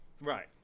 Right